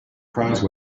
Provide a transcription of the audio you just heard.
prize